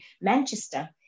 Manchester